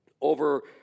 over